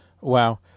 Wow